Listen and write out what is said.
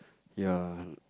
ya